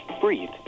breathe